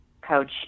coach